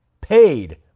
paid